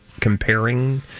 comparing